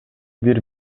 бир